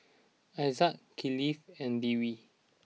Aizat Kifli and Dwi